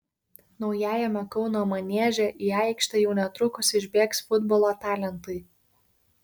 naujajame kauno manieže į aikštę jau netrukus išbėgs futbolo talentai